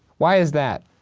why is that?